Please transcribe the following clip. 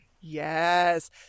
Yes